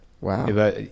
Wow